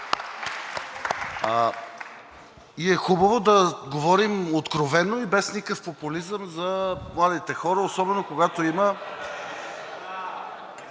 И е хубаво да говорим откровено и без никакъв популизъм за младите хора особено, когато има…